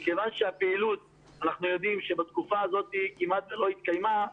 כיוון שאנחנו יודעים שבתקופה הזאת כמעט ולא התקיימה פעילות,